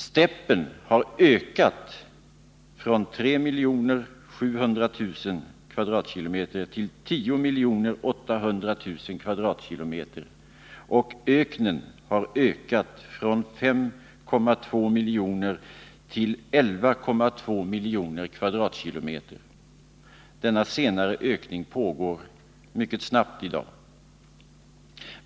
Stäppen har ökat från 3 700 000 km? till 10 800 000 km? och öknen från 5 200 000 km? till 11 200 000 km?. Denna senare ökning sker mycket snabbt i dag.